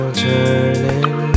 turning